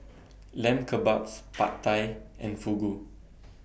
Lamb Kebabs Pad Thai and Fugu